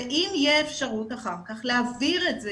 ואם תהיה אפשרות אחר כך להעביר את זה